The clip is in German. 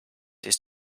ist